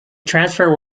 transfer